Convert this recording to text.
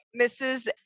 Mrs